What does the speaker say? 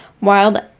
wild